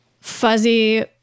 fuzzy